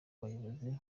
bayobozi